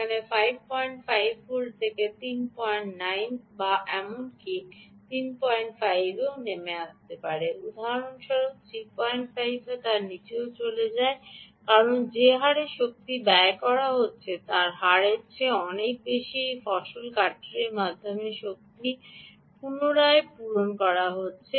এমনকি 55 ভোল্ট থেকে 39 বা এমনকি 35 এর মধ্যে নেমে আসে বা উদাহরণস্বরূপ 35 বা নীচেও চলে যায় কারণ যে হারে শক্তি ব্যয় করা হচ্ছে তার হারের চেয়ে অনেক বেশি এই ফসল কাটারের মাধ্যমে শক্তিটি পুনরায় পূরণ করা হচ্ছে